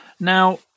Now